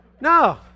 No